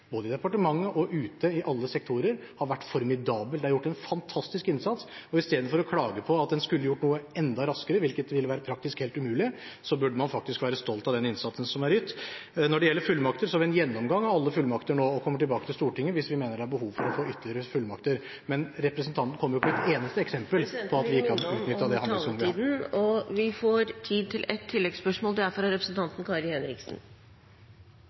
både i departementet og ute i alle sektorer, har vært formidabel. Det er gjort en fantastisk innsats, og istedenfor å klage og si at en skulle vært enda raskere, hvilket ville være praktisk helt umulig, burde man faktisk være stolt av den innsatsen som er ytt. Når det gjelder fullmakter, har vi en gjennomgang av alle fullmakter nå, og vi kommer tilbake til Stortinget hvis vi mener det er behov for ytterligere fullmakter. Men representanten kommer jo ikke med et eneste eksempel på at vi ikke har utnyttet det handlingsrommet vi har. Presidenten vil minne om taletiden. Vi får tid til ett oppfølgingsspørsmål – fra representanten Kari Henriksen.